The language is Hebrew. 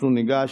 אנחנו ניגש,